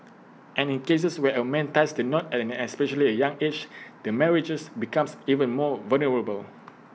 and in cases where A man ties the knot at an especially young age the marriages becomes even more vulnerable